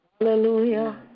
Hallelujah